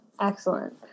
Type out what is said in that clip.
excellent